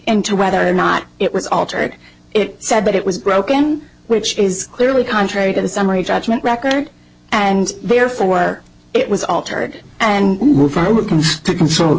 into whether or not it was altered it said but it was broken which is clearly contrary to the summary judgment record and therefore it was altered and moved forward to consu